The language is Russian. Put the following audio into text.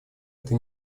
это